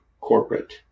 corporate